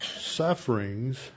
sufferings